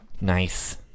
Nice